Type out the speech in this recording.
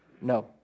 No